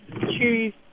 choose